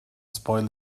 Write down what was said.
spoil